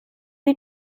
die